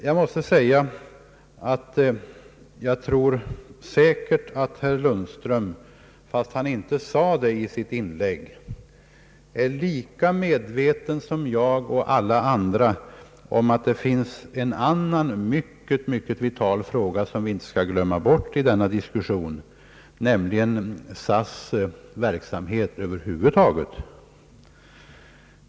Jag tror att herr Lundström — fastän han inte sade det i sitt inlägg — är lika medveten som jag och alla andra om att det finns en annan mycket vital fråga som vi inte skall glömma bort i denna diskussion, nämligen SAS:s verksamhet över huvud taget.